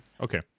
Okay